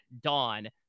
dawn